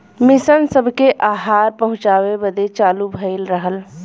mission सबके आहार पहुचाए बदे चालू भइल रहल